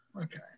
okay